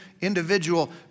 individual